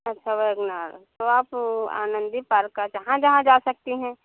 अच्छा वरना तो आप आनंदी पार्क जहां जहां जा सकती हैं